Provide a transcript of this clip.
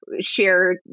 shared